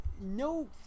No